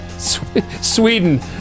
Sweden